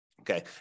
Okay